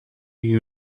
you